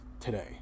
today